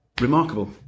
remarkable